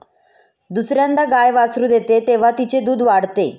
दुसर्यांदा गाय वासरू देते तेव्हा तिचे दूध वाढते